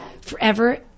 forever